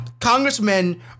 congressmen